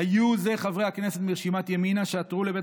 היו אלה חברי הכנסת מרשימת ימינה שעתרו לבית